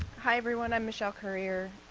hi everyone, i'm michelle currier,